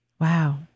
Wow